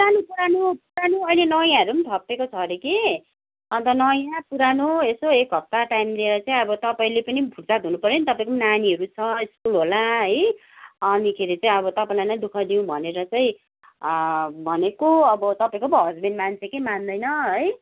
पुरानो पुरानो अहिले नयाँहरू पनि थपिएको छ अरे कि अन्त नयाँ पुरानो यसो एक हप्ता टाइम लिएर चाहिँ तपाईँले पनि फुर्सद हुनुपऱ्यो नि तपाईँको नानीहरू छ स्कुल होला है अनि खेरि चाहिँ अब तपाईँलाई दु ख दिऊँ भनेर चाहिँ भनेको अब तपाईँको पो हस्बेन्ड मान्छ कि मान्दैन है